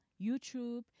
YouTube